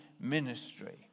ministry